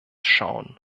schauen